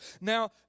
Now